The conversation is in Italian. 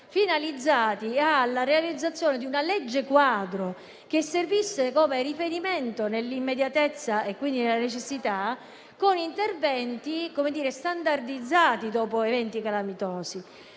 finalizzati alla realizzazione di una legge quadro che servisse come riferimento nell'immediatezza e nella necessità per interventi standardizzati dopo eventi calamitosi.